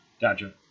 Gotcha